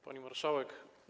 Pani Marszałek!